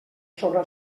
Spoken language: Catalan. sobre